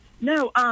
No